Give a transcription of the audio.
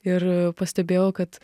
ir pastebėjau kad